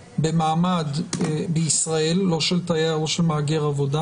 במעמד בישראל או של תייר או של מהגר עבודה